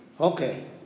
Okay